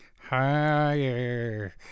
Higher